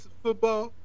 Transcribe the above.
football